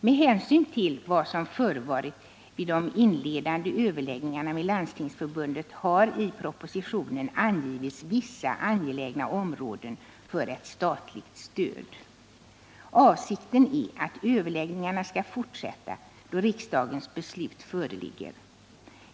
Med hänsyn till vad som förevarit vid de inledande överläggningarna med Landstingsförbundet har i propositionen angivits vissa angelägna områden för ett statligt stöd. Avsikten är att överläggningarna skall fortsätta då riksdagens beslut föreligger.